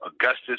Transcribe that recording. Augustus